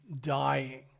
dying